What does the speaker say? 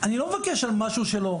אני לא מבקש על משהו שלא,